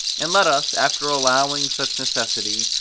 and let us, after allowing such necessity,